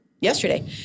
yesterday